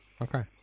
Okay